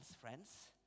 friends